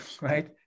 right